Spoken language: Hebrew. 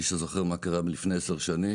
מי שזוכר מה קרה לפני עשר שנים,